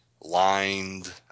lined